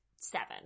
seven